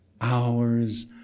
hours